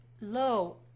low